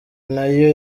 nayo